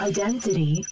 Identity